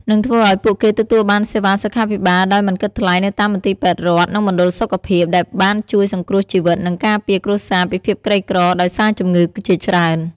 និងធ្វើឱ្យពួកគេទទួលបានសេវាសុខាភិបាលដោយមិនគិតថ្លៃនៅតាមមន្ទីរពេទ្យរដ្ឋ និងមណ្ឌលសុខភាព ដែលបានជួយសង្គ្រោះជីវិត និងការពារគ្រួសារពីភាពក្រីក្រដោយសារជំងឺជាច្រើន។